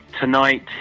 tonight